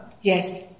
Yes